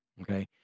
Okay